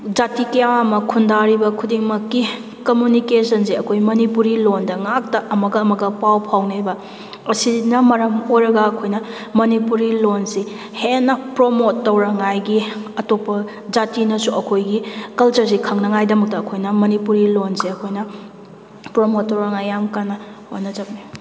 ꯖꯥꯇꯤ ꯀꯌꯥ ꯑꯃ ꯈꯨꯟꯗꯔꯤꯕ ꯈꯨꯗꯤꯡꯃꯛꯀꯤ ꯀꯝꯃꯨꯅꯤꯀꯦꯁꯟꯁꯦ ꯑꯩꯈꯣꯏ ꯃꯅꯤꯄꯨꯔꯤ ꯂꯣꯟꯗ ꯉꯥꯛꯇ ꯑꯃꯒ ꯑꯃꯒ ꯄꯥꯎ ꯐꯥꯎꯅꯩꯑꯕ ꯑꯁꯤꯅ ꯃꯔꯝ ꯑꯣꯏꯔꯒ ꯑꯩꯈꯣꯏꯅ ꯃꯅꯤꯄꯨꯔꯤ ꯂꯣꯟꯁꯤ ꯍꯦꯟꯅ ꯄ꯭ꯔꯣꯃꯣꯠ ꯇꯧꯅꯉꯥꯏꯒꯤ ꯑꯇꯣꯞꯄ ꯖꯥꯇꯤꯅꯁꯨ ꯑꯩꯈꯣꯏꯒꯤ ꯀꯜꯆꯔꯁꯦ ꯈꯪꯅꯉꯥꯏꯗꯃꯛꯇ ꯑꯩꯈꯣꯏꯅ ꯃꯅꯤꯄꯨꯔꯤ ꯂꯣꯟꯁꯦ ꯑꯩꯈꯣꯏꯅ ꯄ꯭ꯔꯣꯃꯣꯠ ꯇꯧꯅꯉꯥꯏ ꯌꯥꯝ ꯀꯟꯅ ꯍꯣꯠꯅꯖꯕꯅꯤ